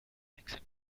accent